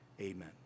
Amen